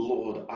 Lord